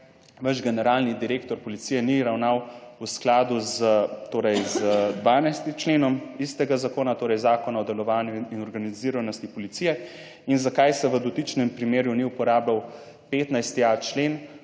vaš generalni direktor policije ni ravnal v skladu z, torej z 12. členom istega zakona, torej Zakona o delovanju in organiziranosti policije in zakaj se v dotičnem primeru ni uporabljal 15.a člen.